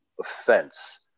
offense